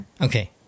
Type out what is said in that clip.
Okay